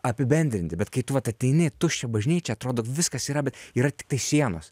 apibendrinti bet kai tu vat ateini į tuščią bažnyčią atrodo viskas yra bet yra tiktai sienos